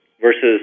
versus